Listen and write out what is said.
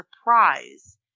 surprise